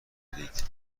زدید